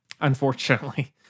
unfortunately